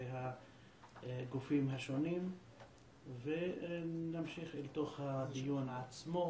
והגופים השונים ונמשיך אל תוך הדיון עצמו,